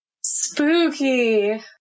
Spooky